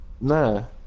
No